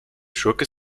schurke